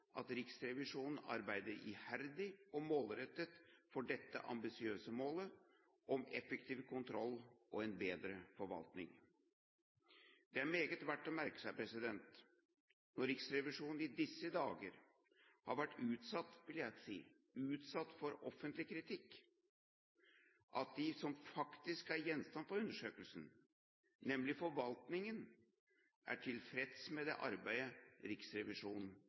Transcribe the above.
at Riksrevisjonen arbeider iherdig og målrettet for dette ambisiøse målet om effektiv kontroll og en bedre forvaltning. Det er meget verdt å merke seg, når Riksrevisjonen i disse dager har vært utsatt, vil jeg si, for offentlig kritikk, at de som faktisk er gjenstand for undersøkelsene, nemlig forvaltningen, er tilfreds med det arbeidet Riksrevisjonen